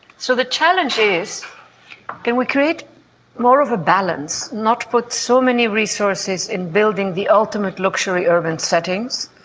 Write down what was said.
so the challenge is can we create more of a balance, not put so many resources in building the ultimate luxury urban settings,